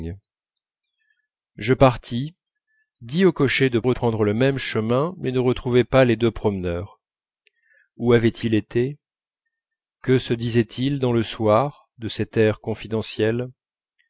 je partis dis au cocher de reprendre le même chemin mais ne retrouvai pas les deux promeneurs où avaient-ils été que se disaient-ils dans le soir de cet air confidentiel